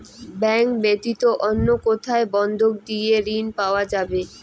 Bank ব্যাতীত অন্য কোথায় বন্ধক দিয়ে ঋন পাওয়া যাবে?